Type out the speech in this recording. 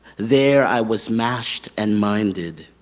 there i was mashed and minded,